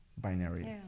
binary